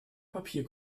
papier